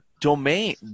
domain